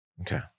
Okay